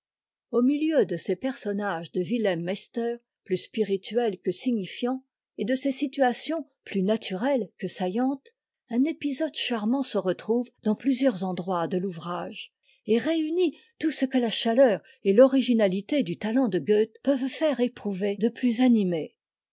au milieu de ces personnages de aem cmter plus spirituels que signifiants et de ces situations plus naturelles que saillantes un épisode charmant se retrouve dans plusieurs endroits de l'ouvrage et réunit tout ce que la chaleur et l'originalité du talent de goethe peuvent faire éprouver de plus animé